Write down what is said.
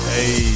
Hey